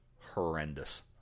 horrendous